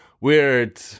weird